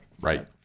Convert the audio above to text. Right